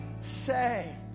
say